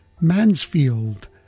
Mansfield